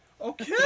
okay